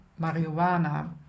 marijuana